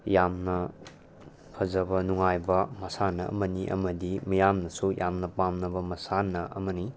ꯌꯥꯝꯅ ꯐꯖꯕ ꯅꯨꯉꯥꯏꯕ ꯃꯁꯥꯟꯅ ꯑꯃꯅꯤ ꯑꯃꯗꯤ ꯃꯤꯌꯥꯝꯅꯁꯨ ꯌꯥꯝꯅ ꯄꯥꯝꯅꯕ ꯃꯁꯥꯟꯅ ꯑꯃꯅꯤ